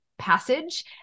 passage